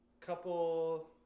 Couple